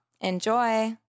Enjoy